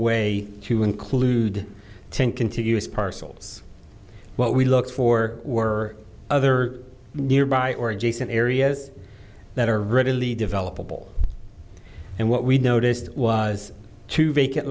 way to include ten contiguous parcels what we look for were other nearby or adjacent areas that are really develop a ball and what we noticed was two vacant